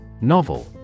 Novel